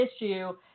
issue